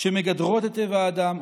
שמגדרות את טבע האדם,